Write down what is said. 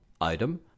item